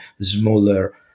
smaller